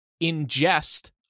ingest